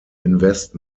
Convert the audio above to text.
invest